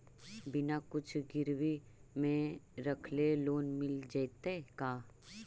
बिना कुछ गिरवी मे रखले लोन मिल जैतै का?